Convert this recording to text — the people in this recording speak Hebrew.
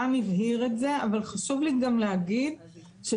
רן הבהיר את זה אבל חשוב לי גם להגיד שצפוי